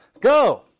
Go